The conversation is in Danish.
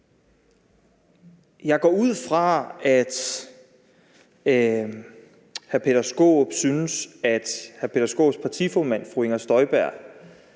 Jeg går ud fra, at hr. Peter Skaarup synes, at hr. Peter Skaarups partiformand, fru Inger Støjberg,